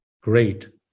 great